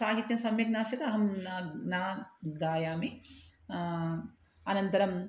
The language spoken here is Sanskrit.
साहित्यं सम्यक् नास्ति त् अहं न न गायामि अनन्तरम्